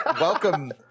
welcome